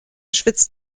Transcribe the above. schwitzt